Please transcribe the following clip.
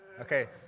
Okay